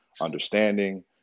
understanding